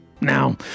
Now